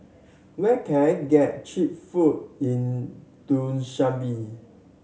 where can I get cheap food in Dushanbe